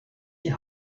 die